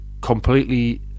completely